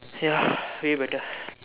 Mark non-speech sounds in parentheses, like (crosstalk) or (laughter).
ya (breath) way better